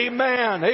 Amen